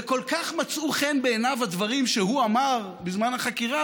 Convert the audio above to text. וכל כך מצאו חן בעיניו הדברים שהוא אמר בזמן החקירה,